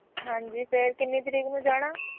ਹਾਂਜੀ ਫਿਰ ਕਿੰਨੀ ਤਰੀਕ ਨੂੰ ਜਾਣਾ